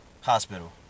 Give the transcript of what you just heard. hospital